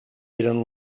eren